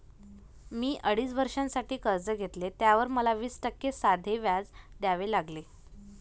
मी अडीच वर्षांसाठी कर्ज घेतले, त्यावर मला वीस टक्के साधे व्याज द्यावे लागले